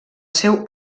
seu